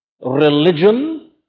Religion